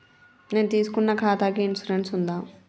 నేను తీసుకున్న ఖాతాకి ఇన్సూరెన్స్ ఉందా?